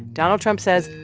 donald trump says,